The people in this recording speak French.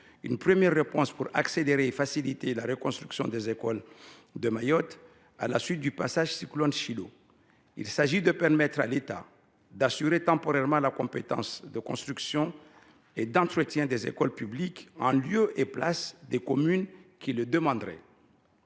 une première réponse pour accélérer et faciliter la reconstruction des écoles de Mayotte en permettant à l’État d’assurer temporairement la compétence de construction et d’entretien des écoles publiques, en lieu et place des communes qui le demanderaient.